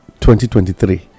2023